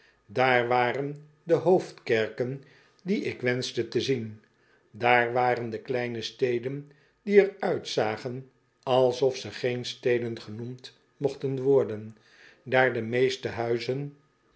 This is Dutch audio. daar waren de hoofdkerken die ik wenschte te zien daar waren de kleine steden die er uitzagen alsof ze geen steden genoemd mochten worden daar de meeste huizen